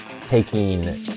taking